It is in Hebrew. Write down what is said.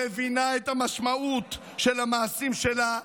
מבינה את המשמעות של המעשים שלה,